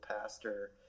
pastor